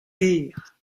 gêr